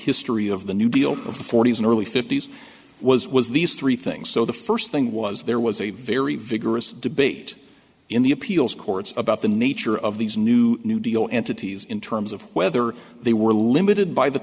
history of the new deal of the forty's and early fifty's was was these three things so the first thing was there was a very vigorous debate in the appeals courts about the nature of these new new deal entities in terms of whether they were limited by the